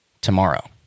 tomorrow